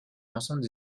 l’ensemble